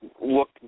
look